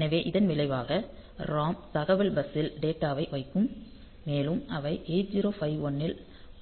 எனவே இதன் விளைவாக ROM தகவல் பஸ்ஸில் டேட்டா வை வைக்கும் மேலும் அவை 8051 இன்